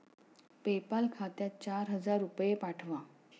PayPal खात्यात चार हजार रुपये पाठवा